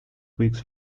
weeks